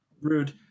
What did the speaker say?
rude